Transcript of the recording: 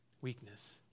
weakness